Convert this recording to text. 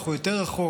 הלכו יותר רחוק.